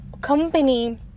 company